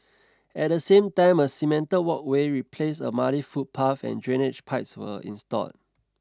at the same time a cemented walkway replaced a muddy footpath and drainage pipes were installed